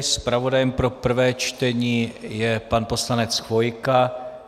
Zpravodajem pro prvé čtení je pan poslanec Chvojka.